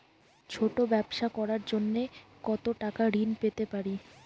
ছোট ব্যাবসা করার জন্য কতো টাকা ঋন পেতে পারি?